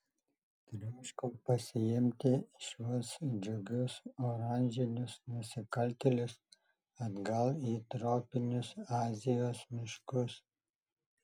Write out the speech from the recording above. troškau pasiimti šiuos džiugius oranžinius nusikaltėlius atgal į tropinius azijos miškus